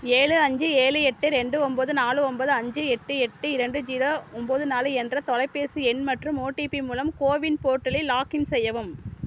ஏழு அஞ்சு ஏழு எட்டு ரெண்டு ஒம்பது நாலு ஒம்பது அஞ்சு எட்டு எட்டு ரெண்டு ஜீரோ ஒம்பது நாலு என்ற தொலைபேசி எண் மற்றும் ஓடிபி மூலம் கோவின் போர்ட்டலில் லாகின் செய்யவும்